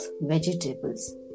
vegetables